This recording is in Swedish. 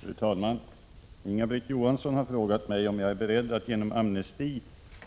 Fru talman! Inga-Britt Johansson har frågat mig om jag är beredd att genom amnesti